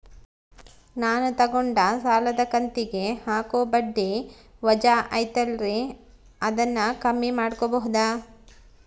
ನಾನು ತಗೊಂಡ ಸಾಲದ ಕಂತಿಗೆ ಹಾಕೋ ಬಡ್ಡಿ ವಜಾ ಐತಲ್ರಿ ಅದನ್ನ ಕಮ್ಮಿ ಮಾಡಕೋಬಹುದಾ?